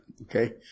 Okay